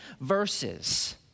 verses